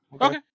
Okay